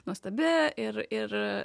nuostabi ir ir